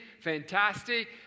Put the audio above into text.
fantastic